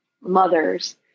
mothers